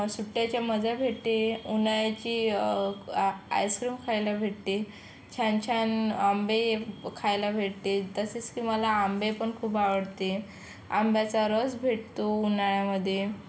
सुट्ट्याच्या मजा भेटते उन्हाळ्याची आईस्क्रीम खायला भेटते छान छान आंबे खायला भेटते तसेच तुम्हाला आंबे पन खूप आवडते आंब्याचा रस भेटतो उन्हाळ्यामध्ये